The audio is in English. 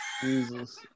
Jesus